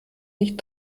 nicht